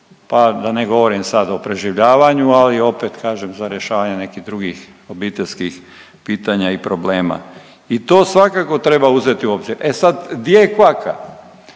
pa da ne govorim sad o preživljavanju, ali opet, kažem, za rješavanje nekih drugih obiteljskih pitanja i problema. I to svakako treba uzeti u obzir. E sad, gdje je kvaka?